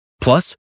Plus